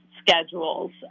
schedules